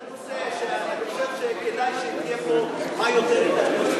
זה נושא שאני חושב שכדאי שתהיה בו כמה שיותר התערבות,